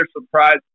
surprise